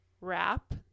wrap